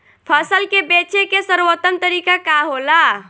फसल के बेचे के सर्वोत्तम तरीका का होला?